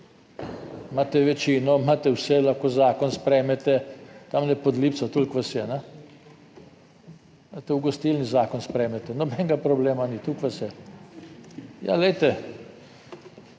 imate večino, imate vse, lahko zakon sprejmete tamle pod lipco, toliko vas je. V gostilni zakon sprejmete, nobenega problema ni, toliko vas je. Ja, glejte,